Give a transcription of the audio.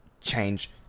change